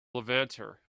levanter